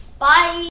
Bye